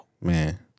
Man